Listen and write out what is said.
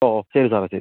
ഓ ഓ ശരി സാറേ ശരി